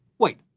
wait,